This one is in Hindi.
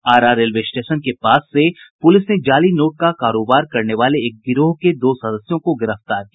आरा रेलवे स्टेशन के पास से पुलिस ने जाली नोट का कारोबार करने वाले एक गिरोह के दो सदस्यों को गिरफ्तार किया है